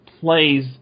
plays